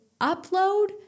upload